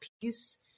piece